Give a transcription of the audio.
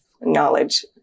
knowledge